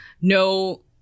no